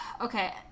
Okay